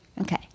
Okay